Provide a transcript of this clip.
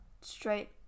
straight